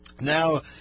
Now